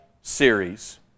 series